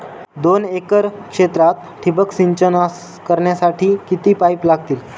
दोन एकर क्षेत्रात ठिबक सिंचन करण्यासाठी किती पाईप लागतील?